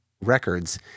records